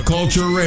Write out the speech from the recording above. Culture